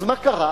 אז מה קרה?